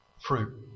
Fruit